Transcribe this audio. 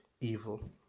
evil